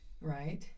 right